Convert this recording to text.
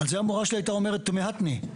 על זה המורה שלי הייתה אומרת מעט מ-.